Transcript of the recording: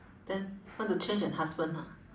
then want to change that husband ha